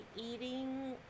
eating